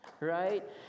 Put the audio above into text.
right